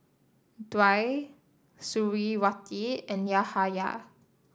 Dwi Suriawati and Yahaya